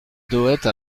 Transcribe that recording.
dohette